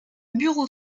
bureau